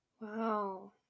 Wow